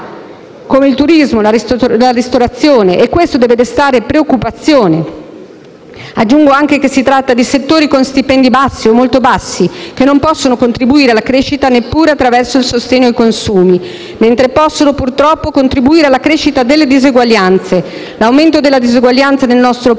come il turismo e la ristorazione, e questo deve destare preoccupazione. Aggiungo anche che si tratta di settori con stipendi bassi o molto bassi, che non possono contribuire alla crescita neppure attraverso il sostegno ai consumi, mentre possono purtroppo contribuire alla crescita delle diseguaglianze. L'aumento della disuguaglianza nel nostro Paese